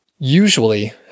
Usually